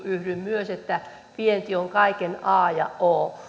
yhdyn myös siihen että vienti on kaiken a ja o